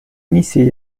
миссии